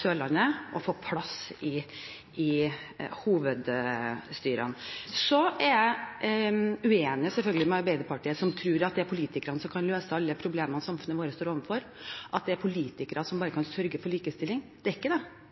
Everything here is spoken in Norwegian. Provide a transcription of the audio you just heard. Sørlandet og får plass i hovedstyrene. Så er jeg selvfølgelig uenig med Arbeiderpartiet, som tror det er politikere som kan løse alle problemene samfunnet vårt står overfor, at det bare er politikere som kan sørge for likestilling. Det er ikke det.